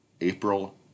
April